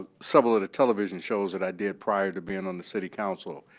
several of the television shows that i did prior to being on the city council.